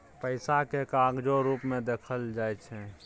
पैसा केँ कागजो रुप मे देखल जाइ छै